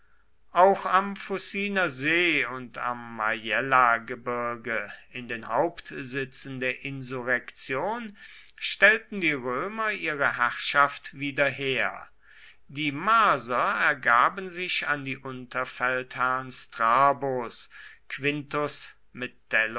auch am fuciner see und am majellagebirg in den hauptsitzen der insurrektion stellten die römer ihre herrschaft wieder her die marser ergaben sich an die unterfeldherren strabos quintus